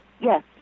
Yes